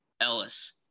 Ellis